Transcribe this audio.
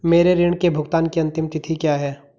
मेरे ऋण के भुगतान की अंतिम तिथि क्या है?